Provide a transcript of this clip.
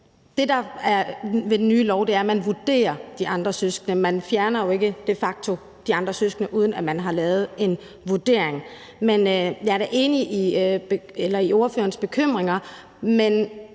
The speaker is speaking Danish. Det, der er ved den nye lov, er, at man vurderer de andre søskende. Man fjerner jo ikke de facto de andre søskende, uden at man har lavet en vurdering. Og jeg er da enig i ordførerens bekymringer, men